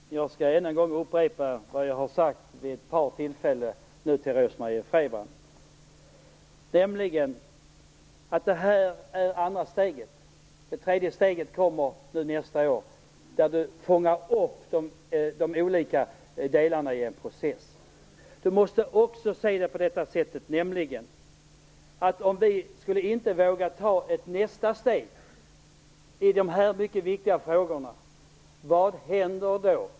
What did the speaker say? Herr talman! Jag skall än en gång upprepa vad jag har sagt vid ett par tillfällen. Det här är andra steget. Det tredje steget kommer nästa år då de olika delarna fångas upp i en process. Om vi inte skulle våga ta ett nästa steg i dessa mycket viktiga frågor, vad händer då?